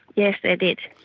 yes, they did.